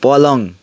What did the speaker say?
पलङ